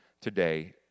today